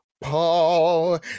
paul